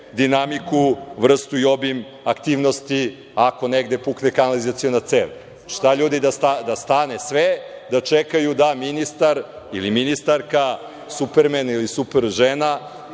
dinamiku, vrstu i obim aktivnosti ako negde pukne kanalizaciona cev. Šta, ljudi, da stane sve, da čekaju da ministar ili ministarka, „supermen“ ili „super žena“